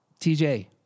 TJ